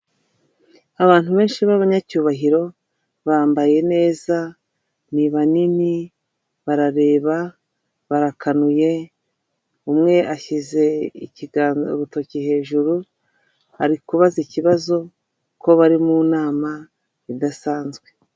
Abantu benshi b'abanyacyubahiro bambaye neza ni banini barareba barakanuye, umwe ashyize ikiganza, urutoki hejuru ari kubaza ikibazo kuko bari mu nama idasanzwe.